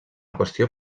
qüestió